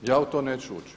Ja u to neću ući.